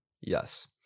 Yes